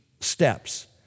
steps